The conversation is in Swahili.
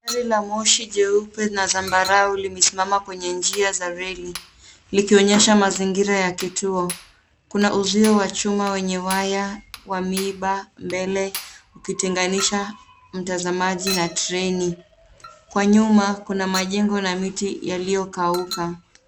Gari la moshi jeupe na zambarau limesimama kwenye njia za reli likionyesha mazingira ya kituo. Kuna uzio wa chuma wenye waya wa miiba mbele ukitenganisha mtazamaji na treni. Kwa nyuma kuna majengo na miti yaliyokauka.